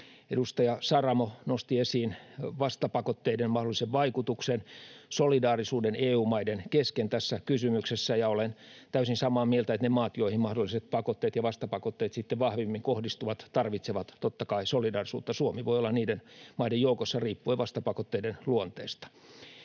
Edustaja Saramo nosti esiin vastapakotteiden mahdollisen vaikutuksen ja solidaarisuuden EU-maiden kesken tässä kysymyksessä: Olen täysin samaa mieltä, että ne maat, joihin mahdolliset pakotteet ja vastapakotteet sitten vahvimmin kohdistuvat, tarvitsevat totta kai solidaarisuutta. Suomi voi olla niiden maiden joukossa riippuen vastapakotteiden luonteesta.